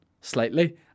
slightly